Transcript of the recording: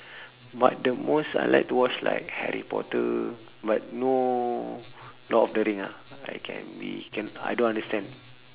but the most I like to watch like harry potter but no lord of the ring ah I can be I don't understand